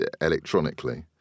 electronically